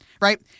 Right